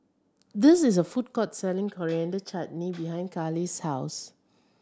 this is a food court selling Coriander Chutney behind Kali's house